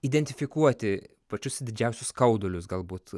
identifikuoti pačius didžiausius skaudulius galbūt